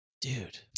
Dude